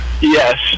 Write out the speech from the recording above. Yes